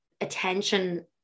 attention